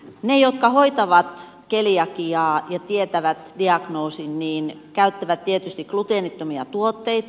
ne jotka hoitavat keliakiaa ja tietävät diagnoosin käyttävät tietysti gluteenittomia tuotteita